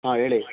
ಹಾಂ ಹೇಳಿ